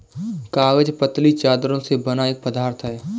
कागज पतली चद्दरों से बना एक पदार्थ है